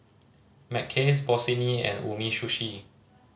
Mackays Bossini and Umisushi